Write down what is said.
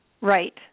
Right